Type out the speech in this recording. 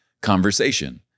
conversation